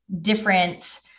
different